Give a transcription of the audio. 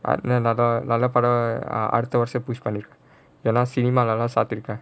நல்ல நல்ல படம் அடுத்த வருஷம்:nalla nalla padam adutha varusham push பண்ணி:panni cinema பாத்து இருக்கேன்:paathu irukkaen